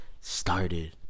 started